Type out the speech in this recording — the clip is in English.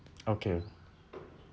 okay